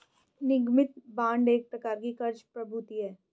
निगमित बांड एक प्रकार की क़र्ज़ प्रतिभूति है